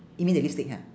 you mean the lipstick ha